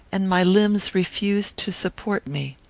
and my limbs refused to support me.